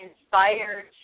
inspired